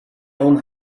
own